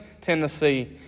Tennessee